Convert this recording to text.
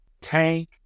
tank